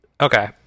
Okay